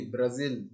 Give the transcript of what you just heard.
Brazil